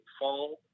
fall